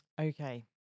Okay